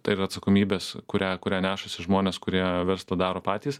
tai yra atsakomybės kurią kurią nešasi žmonės kurie verslą daro patys